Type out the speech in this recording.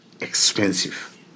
expensive